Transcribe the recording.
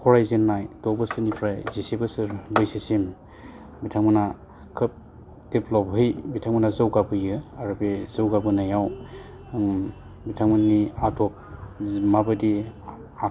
फरायजेन्नाय द' बोसोरनिफ्राइ जिसे बोसोर बैसोसिम बिथांमोना खोब डेब्लाबबै बिथांमोनहा जौगाबोयो आरो बे जौगाबोनायाव बिथांमोननि आदब जि माबायदि आग